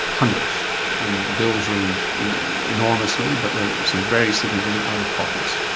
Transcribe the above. hundreds, and the bills range enormously but there are some very significant out-of-pockets.